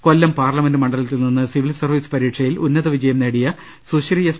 കൊല്ലം parliament മണ്ഡലത്തിൽ നിന്ന് civil service പരീക്ഷയിൽ ഉന്നത വിജയം ന്ദേടിയ സ്വുശ്രീ എസ്